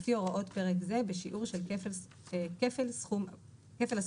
לפי הוראות פרק זה, בשיעור של כפל הסכום הבסיסי.